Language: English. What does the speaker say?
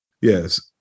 Yes